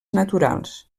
naturals